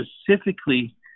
specifically